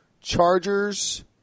Chargers